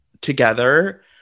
together